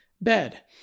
bed